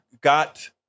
got